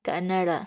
Canada